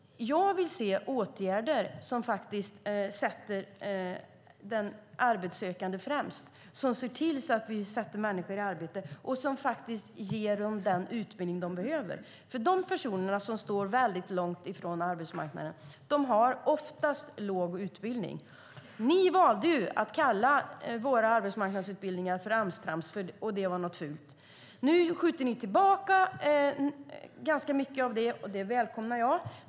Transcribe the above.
Jag vill se åtgärder som faktiskt sätter den arbetssökande främst, som sätter människor i arbete och som faktiskt ger dem den utbildning de behöver. De personer som står långt från arbetsmarknaden har oftast låg utbildning. Ni valde att kalla våra arbetsmarknadsutbildningar för Ams-trams, och det var något fult. Nu skjuter ni dock tillbaka ganska mycket av det, och det välkomnar jag.